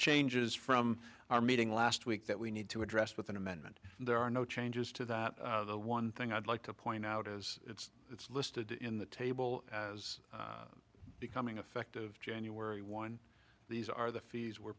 changes from our meeting last week that we need to address with an amendment and there are no changes to that the one thing i'd like to point out is it's it's listed in the table as becoming effect of january one these are the fees we're